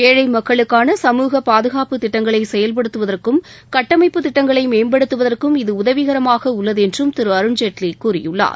ஏழை மக்களுக்கான சமூக பாதுகாப்பு திட்டங்களை செயல்படுத்துவதற்கும் கட்டமைப்பு திட்டங்களை மேம்படுத்துவதற்கும் இது உதவிகரமாக உள்ளது என்றும் திரு அருண்ஜேட்லி கூறியுள்ளார்